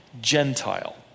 Gentile